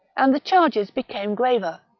and the charges became graver,